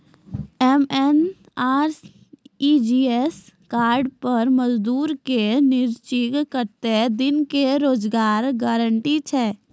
MNREGA card पर मजदुर के निश्चित कत्तेक दिन के रोजगार गारंटी छै?